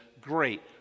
great